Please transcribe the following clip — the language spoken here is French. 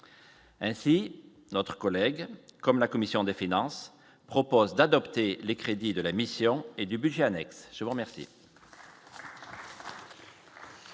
ainsi notre collègue, comme la commission des finances propose d'adopter les crédits de la mission et du budget annexe, je vous remercie.